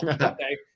okay